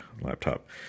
laptop